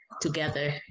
Together